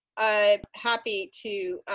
i'm happy to